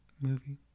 movie